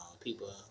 People